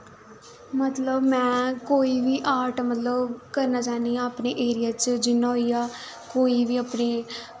मतलब में कोई बी आर्ट मतलब करना चाह्न्नी आं अपने एरिया च जि'यां होई गेआ कोई बी अपनी